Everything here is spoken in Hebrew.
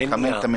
מניע.